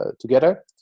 together